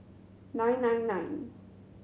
nine nine nine